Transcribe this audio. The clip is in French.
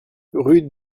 rue